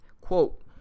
Quote